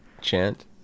chant